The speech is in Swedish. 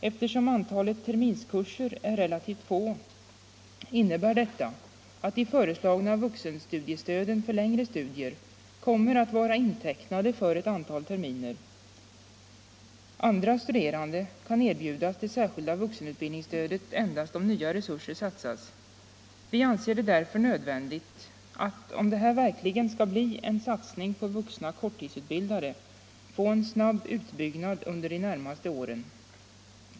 Eftersom antalet terminskurser är relativt litet, innebär detta att de föreslagna vuxenstudiestöden för längre studier kommer att vara intecknade för ett antal terminer. Andra studerande kan erbjudas det särskilda vuxenutbildningsstödet endast om nya resurser satsas. Vi anser det därför nödvändigt, om det här verkligen skall bli en satsning på vuxna korttidsutbildade, att få en snabb utbyggnad under de närmaste åren.